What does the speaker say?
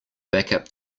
backup